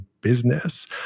business